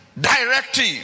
directive